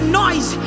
noise